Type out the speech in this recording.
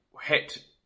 hit